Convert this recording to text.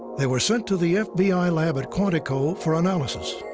they were sent to the fbi lab at quantico for analysis.